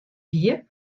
hie